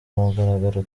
mugaragaro